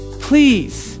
Please